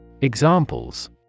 Examples